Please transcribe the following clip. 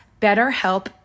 BetterHelp